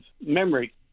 memory